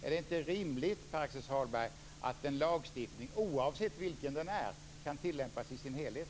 Är det inte rimligt, Pär-Axel Sahlberg, att en lagstiftning - oavsett vilken - kan tillämpas i sin helhet?